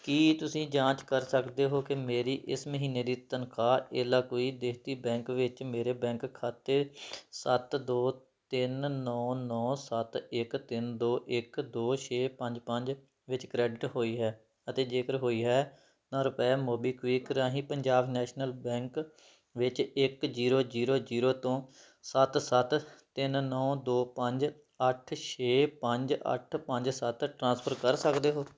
ਕੀ ਤੁਸੀਂਂ ਜਾਂਚ ਕਰ ਸਕਦੇ ਹੋ ਕਿ ਮੇਰੀ ਇਸ ਮਹੀਨੇ ਦੀ ਤਨਖਾਹ ਏਲਾਕੁਈ ਦੇਹਤੀ ਬੈਂਕ ਵਿੱਚ ਮੇਰੇ ਬੈਂਕ ਖਾਤੇ ਸੱਤ ਦੋ ਤਿੰਨ ਨੌਂ ਨੌਂ ਸੱਤ ਇੱਕ ਤਿੰਨ ਦੋ ਇੱਕ ਦੋ ਛੇ ਪੰਜ ਪੰਜ ਵਿੱਚ ਕ੍ਰੈਡਿਟ ਹੋਈ ਹੈ ਅਤੇ ਜੇਕਰ ਹੋਈ ਹੈ ਤਾਂ ਰੁਪਏ ਮੋਬੀਕਵਿਕ ਰਾਹੀਂ ਪੰਜਾਬ ਨੈਸ਼ਨਲ ਬੈਂਕ ਵਿੱਚ ਇੱਕ ਜ਼ੀਰੋ ਜ਼ੀਰੋ ਜ਼ੀਰੋ ਤੋਂ ਸੱਤ ਸੱਤ ਤਿੰਨ ਨੌਂ ਦੋ ਪੰਜ ਅੱਠ ਛੇ ਪੰਜ ਅੱਠ ਪੰਜ ਸੱਤ ਟ੍ਰਾਂਸਫਰ ਕਰ ਸਕਦੇ ਹੋ